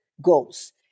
goals